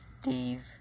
Steve